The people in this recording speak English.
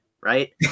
right